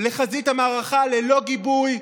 לחזית המערכה ללא גיבוי,